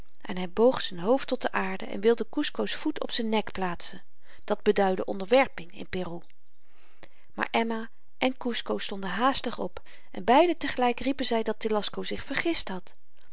en hy boog z'n hoofd tot de aarde en wilde kusco's voet op z'n nek plaatsen dat beduidde onderwerping in peru maar emma en kusco stonden haastig op en beiden te gelyk riepen zy dat telasco zich vergist had